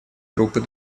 группы